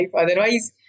Otherwise